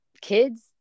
kids